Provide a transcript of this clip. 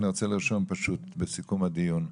אני פשוט רוצה לרשום בסיכום הדיון.